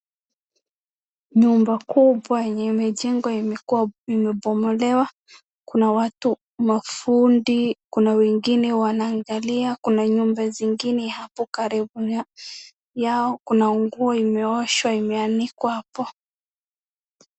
Nyumba kubwa yenye imejengwa imebomolewa kuna watu mafundi kuna watu wanaangalia, kuna nyumba zingine hapo karibu yao kuna nguo imeoshwa imeanikwa hapo.